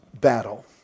battle